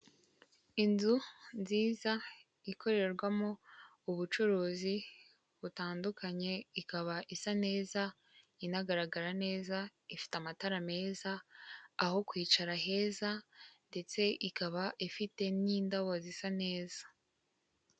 Umuntu ufite mikoro inyuma ye haritete irimo abantu, n'abayobozi ari kubwira abaturage bariri mu nama cyangwa bari mu biganiro umuntu ufite mikoro yambaye ijire afite icyo ashinzwe buriya arikugira ubutumwa cyangwa mesaje agenera ababo arikubwira.